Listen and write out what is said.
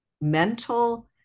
mental